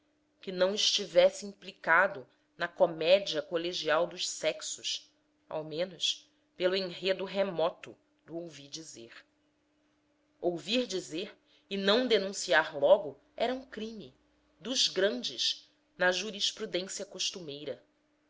que não estivesse implicado na comédia colegial dos sexos ao menos pelo enredo remoto do ouvi dizer ouvir dizer e não denunciar logo era um crime dos grandes na jurisprudência costumeira